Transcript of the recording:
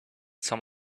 some